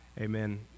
Amen